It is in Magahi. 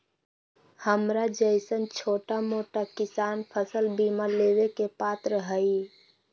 हमरा जैईसन छोटा मोटा किसान फसल बीमा लेबे के पात्र हई?